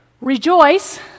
Rejoice